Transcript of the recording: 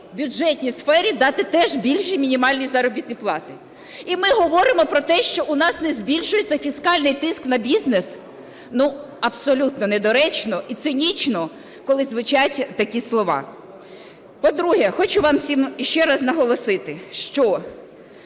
бюджетній сфері дати теж більші мінімальні заробітні плати. І ми говоримо про те, що у нас не збільшується фіскальний тиск на бізнес, ну, абсолютно недоречно і цинічно, коли звучать такі слова. По-друге, хочу вам всім іще раз наголосити, що